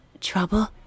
Trouble